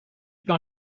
par